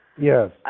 Yes